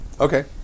Okay